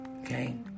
Okay